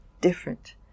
different